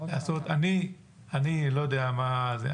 זאת אומרת, אני לא יודע מה זה.